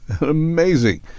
amazing